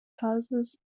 causes